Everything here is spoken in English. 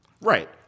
right